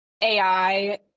AI